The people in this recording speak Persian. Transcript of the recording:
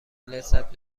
لذت